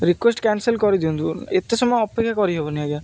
request cancel କରିଦିଅନ୍ତୁ ଏତ ସମୟ ଅପେକ୍ଷା କରିହେବନି ଆଜ୍ଞା